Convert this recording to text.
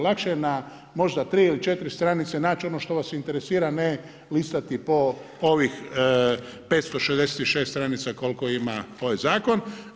Lakše je na možda 3 ili 4 stranice naći ono što vas interesira a ne listati po ovih 566 stranica koliko ima ovaj zakon.